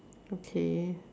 okay